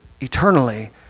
eternally